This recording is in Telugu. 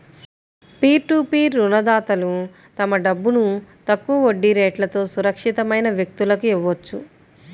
పీర్ టు పీర్ రుణదాతలు తమ డబ్బును తక్కువ వడ్డీ రేట్లతో సురక్షితమైన వ్యక్తులకు ఇవ్వొచ్చు